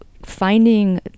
finding